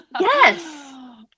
yes